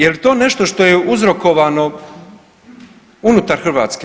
Je li to nešto što je uzrokovano unutar Hrvatske?